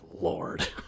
Lord